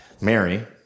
Mary